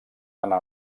anar